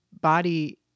body